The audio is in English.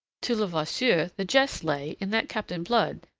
to levasseur the jest lay in that captain blood,